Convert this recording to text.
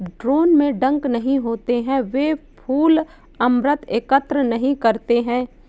drone में डंक नहीं होते हैं, वे फूल अमृत एकत्र नहीं करते हैं